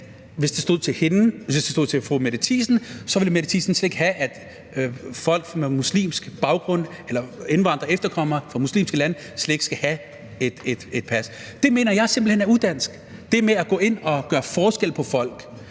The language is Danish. Thiesen sige, at hvis det stod til hende, ville hun slet ikke have, at folk med muslimsk baggrund eller indvandrere og efterkommere fra muslimske lande skal have et pas. Det mener jeg simpelt hen er udansk. Det med at gå ind og gøre forskel på folk